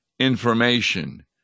Information